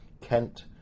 Kent